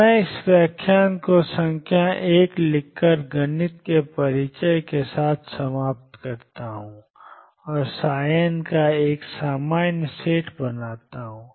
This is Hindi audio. तो मैं इस व्याख्यान को संख्या 1 लिखकर गणित के परिचय के साथ समाप्त करता हूं और n का एक सामान्य सेट बनाता है